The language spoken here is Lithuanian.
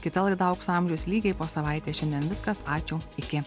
kita laida aukso amžius lygiai po savaitės šiandien viskas ačiū iki